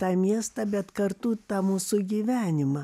tą miestą bet kartu tą mūsų gyvenimą